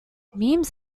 memes